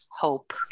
hope